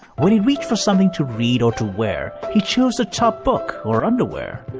when he reached for something to read or to wear, he chose the top book or underwear.